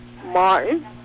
Martin